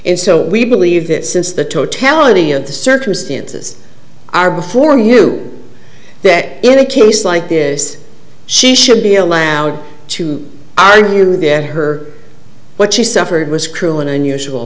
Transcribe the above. and so we believe that since the totality of the circumstances are before you that in a case like this she should be allowed to argue that her what she suffered was cruel and unusual